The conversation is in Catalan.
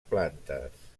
plantes